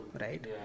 Right